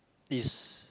is